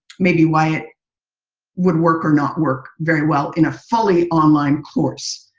maybe why it would work or not work very well in a fully online course.